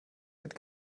wird